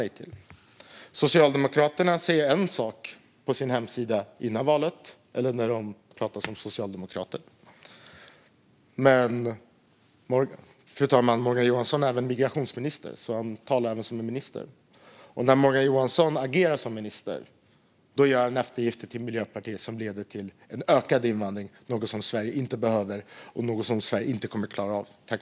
Socialdemokraterna säger en sak på sin hemsida innan valet eller när de uttalar sig som socialdemokrater, men Morgan Johansson är även migrationsminister, fru talman. Därför talar han även som minister, och när Morgan Johansson agerar som minister gör han eftergifter till Miljöpartiet som leder till ökad invandring - något som Sverige inte behöver och inte kommer att klara av.